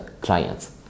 clients